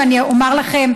ואני אומר לכם,